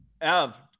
ev